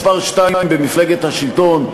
מספר שתיים במפלגת השלטון,